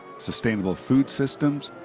sustainable food systems,